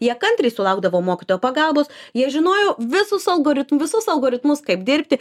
jie kantriai sulaukdavo mokytojo pagalbos jie žinojo visus algoritm visus algoritmus kaip dirbti